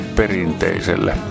perinteiselle